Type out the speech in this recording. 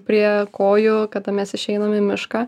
prie kojų kada mes išeinam į mišką